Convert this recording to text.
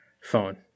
phone